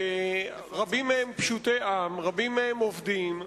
רבים מהם פשוטי עם, רבים מהם עובדים,